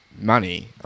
money